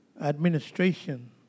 administration